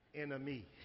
enemy